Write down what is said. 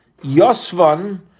Yosvan